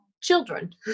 children